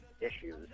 issues